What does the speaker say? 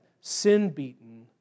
sin-beaten